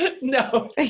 No